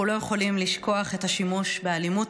אנחנו לא יכולים לשכוח את השימוש באלימות